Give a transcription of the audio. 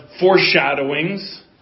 foreshadowings